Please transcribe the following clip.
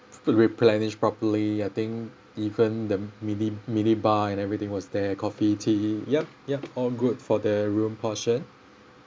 food replenished properly I think even the mini mini bar and everything was there coffee tea yup yup all good for the room portion